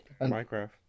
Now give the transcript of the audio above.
minecraft